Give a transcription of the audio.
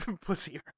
pussy